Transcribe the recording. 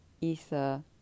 Ether